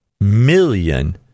million